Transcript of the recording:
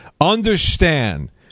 Understand